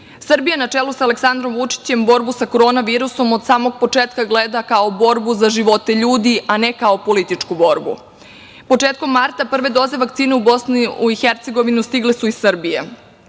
grupi. Srbija na čelu sa Aleksandrom Vučićem borbu sa koronavirusom od samog početka gleda kao borbu za živote ljudi, a ne kao političku borbu. Početkom marta prve doze vakcine u BiH stigle su iz Srbije.